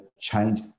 change